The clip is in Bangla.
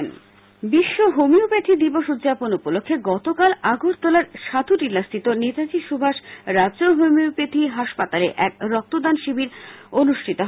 হোমিও প্যাথি বিশ্ব হোমিওপ্যাথি দিবস উদযাপন উপলক্ষে গতকাল আগরতলার সাধুটিলাস্থিত নেতাজি সুভাষ রাজ্য হোমিওপ্যাখি হাসপাতালে এক রক্তদান শিবির অনুষ্ঠিত হয়